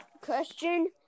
question